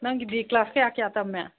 ꯅꯪꯒꯤꯗꯤ ꯀ꯭ꯂꯥꯁ ꯀꯌꯥ ꯀꯌꯥ ꯇꯝꯃꯦ